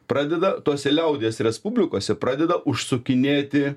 pradeda tose liaudies respublikose pradeda užsukinėti